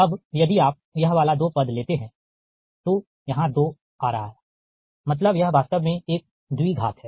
अब यदि आप यह वाला दो पद लेते हैं तो 2 आ रहा है मतलब यह वास्तव में एक द्विघात है